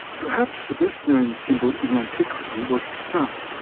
perhaps the best-known symbol in antiquity was the sun,